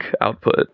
output